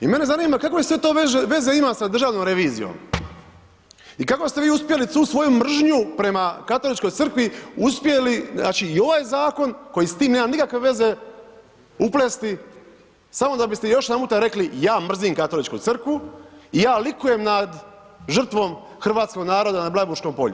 I mene zanima kakve sve to veze ima sa državnom revizijom i kako ste vi uspjeli tu svoju mržnju prema Katoličkoj crkvi uspjeli, znači i ovaj zakon koji s tim nema nikakve veze uplesti samo da biste još jedanputa rekli ja mrzim Katoličku crkvu, ja likujem nad žrtvom hrvatskog naroda na Blajburškom polju.